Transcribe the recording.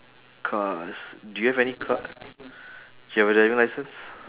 cars do you have any car you have a driving licence